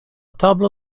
tablo